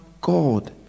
god